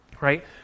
right